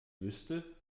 wüsste